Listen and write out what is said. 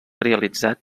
realitzat